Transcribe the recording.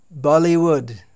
Bollywood